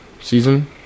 season